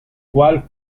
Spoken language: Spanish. cuál